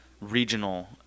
regional